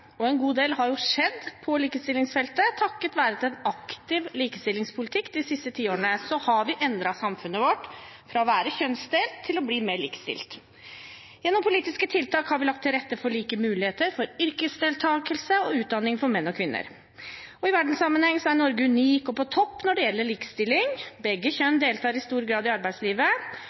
og en god del har skjedd på likestillingsfeltet. Takket være en aktiv likestillingspolitikk de siste tiårene har vi endret samfunnet vårt fra å være kjønnsdelt til å bli mer likestilt. Gjennom politiske tiltak har vi lagt til rette for like muligheter for yrkesdeltakelse og utdanning for menn og kvinner. I verdenssammenheng er Norge unik og på topp når det gjelder likestilling. Begge kjønn deltar i stor grad i arbeidslivet.